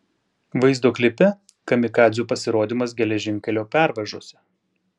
vaizdo klipe kamikadzių pasirodymas geležinkelio pervažose